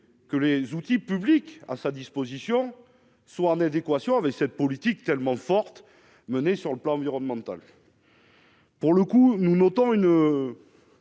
que les outils publics à sa disposition, soit en adéquation avec cette politique tellement forte menée sur le plan environnemental. Pour le coup, nous notons une.